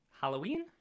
Halloween